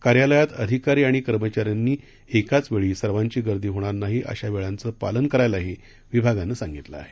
कार्यालयात अधिकारी आणि कर्मचार्यांनी एकाच वेळी सर्वांची गर्दी होणार नाही अशा वेळांचे पालन करण्यासही विभागानं सांगितलं आहे